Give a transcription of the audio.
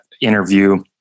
interview